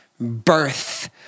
birth